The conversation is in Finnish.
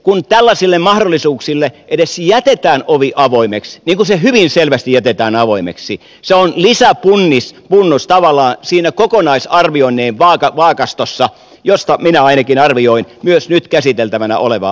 kun tällaisille mahdollisuuksille edes jätetään ovi avoimeksi niin kuin se hyvin selvästi jätetään avoimeksi se on lisäpunnus tavallaan siinä kokonaisarvioinnin vaakastossa josta minä ainakin arvioin myös nyt käsiteltävänä olevaa asiaa